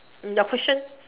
the cushion